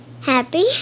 Happy